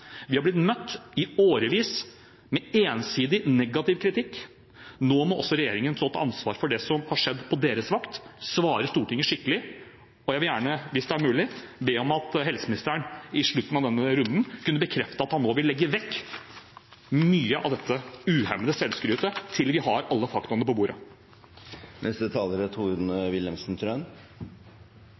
Vi har i årevis blitt møtt med ensidig negativ kritikk. Nå må også regjeringen stå til ansvar for det som har skjedd på deres vakt, og svare Stortinget skikkelig. Jeg vil gjerne, hvis det er mulig, be om at helseministeren i slutten av denne runden bekrefter at han nå vil legge vekk mye av dette uhemmede selvskrytet til vi har alle fakta på bordet.